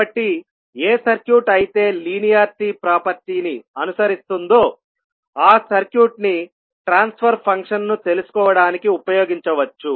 కాబట్టి ఏ సర్క్యూట్ అయితే లీనియారిటీ ప్రాపర్టీని అనుసరిస్తుందో ఆ సర్క్యూట్ ని ట్రాన్స్ఫర్ ఫంక్షన్ను తెలుసుకోవడానికి ఉపయోగించవచ్చు